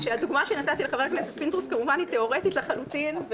הדוגמה שנתתי לחבר הכנסת פינדרוס כמובן שהיא תיאורטית לחלוטין,